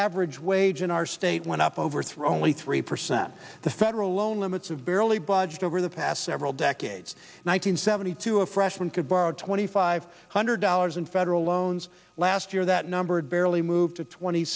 average wage in our state went up overthrow only three percent the federal loan limits of barely budged over the past several decades one hundred seventy two a freshman could borrow twenty five hundred dollars in federal loans last year that numbered barely moved to twenty